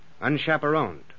unchaperoned